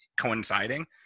coinciding